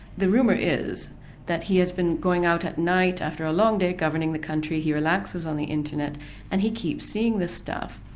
the rumour is that he has been going out at night after a long day governing the country, he relaxes on the internet and he keeps seeing this stuff.